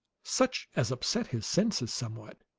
such as upset his senses somewhat.